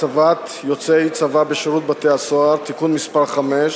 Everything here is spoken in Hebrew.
(הצבת יוצאי צבא בשירות בתי-הסוהר) (תיקון מס' 5),